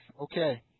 Okay